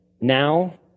Now